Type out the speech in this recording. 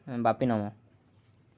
ବାପି ନମ